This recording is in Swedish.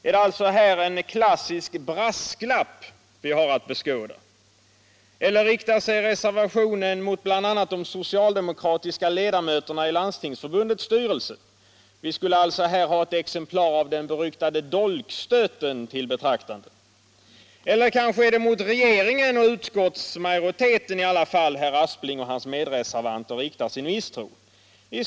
Är det alltså en klassisk brasklapp vi här har att beskåda? Eller riktar sig reservationen mot bl.a. de socialdemokratiska ledamöterna i Landstingsförbundets styrelse — vi skulle alltså här ha ett exemplar av den beryktade dolkstöten till betraktande? Eller är det i alla fall mot regeringen och utskottsmajoriteten som herr Aspling och hans medreservanter riktar sin misstro?